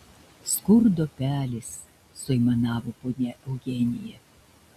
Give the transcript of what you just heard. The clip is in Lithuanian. skurdo pelės suaimanavo ponia eugenija